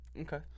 Okay